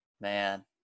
man